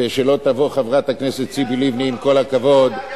ושלא תבוא חברת הכנסת ציפי לבני, עם כל הכבוד,